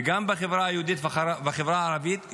וגם בחברה היהודית ובחברה הערבית,